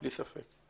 בלי ספק.